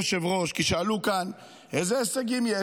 אדוני היושב-ראש, שאלו כאן: איזה הישגים יש?